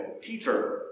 Teacher